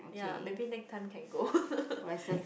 ya maybe next time can go